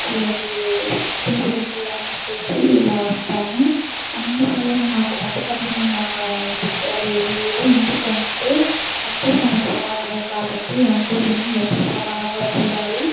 పూజకి దేవుడికి అన్నీ చేసి ఇలా ఉంటాము అందువలన నాకు మతపరమైన విషయాలు ఏమి లేవు ఎందుకంటే అందరూ మనకి సమానమే కాబట్టి అందరినీ ఎప్పుడూ సమానంగా చూడాలి